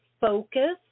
focus